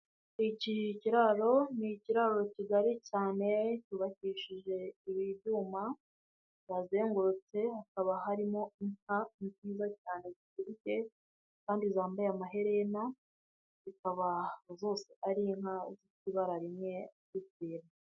Iki ikiraro, ni ikiraro kigari cyane cyubakishije ibi byuma bihazengurutse hakaba harimo inka nziza cyane zibyibushye kandi zambaye amaherena, zikaba zose ari inka zifite ibara rimwe ry'ikigina.